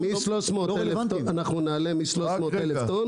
רק רגע ---- שאנחנו נעלה מ-300,000 טון